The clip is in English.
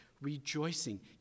rejoicing